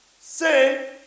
say